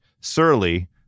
surly